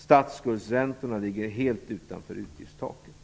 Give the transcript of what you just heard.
Statsskuldsräntorna ligger helt utanför utgiftstaket.